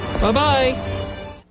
Bye-bye